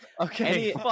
okay